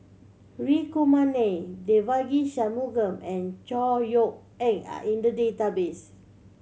Hri Kumar Nair Devagi Sanmugam and Chor Yeok Eng are in the database